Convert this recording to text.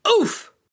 Oof